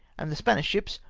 and the spanish ships,